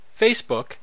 Facebook